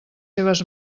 seves